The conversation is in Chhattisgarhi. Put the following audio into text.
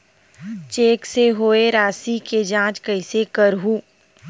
चेक से होए राशि के जांच कइसे करहु?